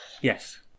Yes